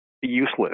useless